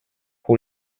who